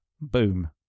Boom